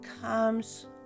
comes